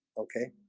okay?